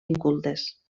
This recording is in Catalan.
incultes